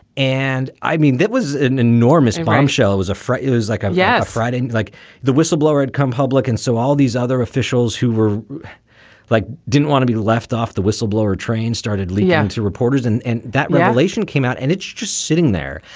and i mean, that was an enormous bombshell, was a front it was like, ah yeah, friday, like the whistleblower had come public. and so all these other officials who were like didn't want to be left off, the whistleblower train started leaking to reporters. and and that revelation came out. and it's just sitting there.